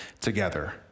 together